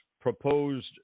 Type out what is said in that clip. proposed